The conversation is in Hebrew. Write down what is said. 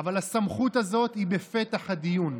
אבל הסמכות הזאת היא בפתח הדיון.